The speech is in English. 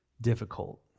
difficult